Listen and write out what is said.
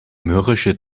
mürrische